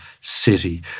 city